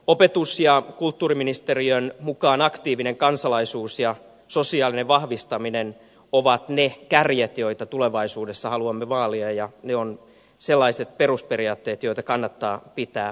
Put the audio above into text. opetus ja kulttuuriministeriön mukaan aktiivinen kansalaisuus ja sosiaalinen vahvistaminen ovat ne kärjet joita tulevaisuudessa haluamme vaalia ja ne ovat sellaiset perusperiaatteet joita kannattaa pitää vahvasti esillä